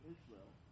Israel